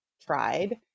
tried